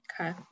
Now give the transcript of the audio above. Okay